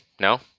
No